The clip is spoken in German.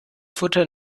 futter